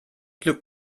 glück